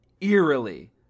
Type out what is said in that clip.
eerily